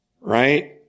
right